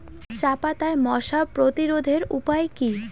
চাপাতায় মশা প্রতিরোধের উপায় কি?